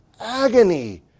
agony